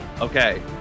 Okay